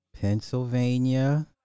Pennsylvania